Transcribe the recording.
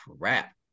crap